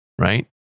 right